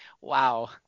Wow